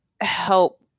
help